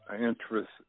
interest